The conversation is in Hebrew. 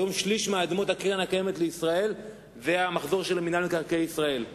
היום שליש מאדמות קרן קיימת לישראל זה המחזור של מינהל מקרקעי ישראל,